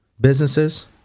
businesses